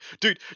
dude